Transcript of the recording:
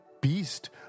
beast